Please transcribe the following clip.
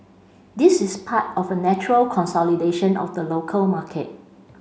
this is part of a natural consolidation of the local market